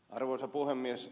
arvoisa puhemies